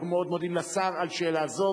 אנחנו מאוד מודים לשר על תשובה זו,